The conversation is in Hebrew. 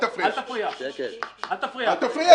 די.